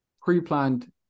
pre-planned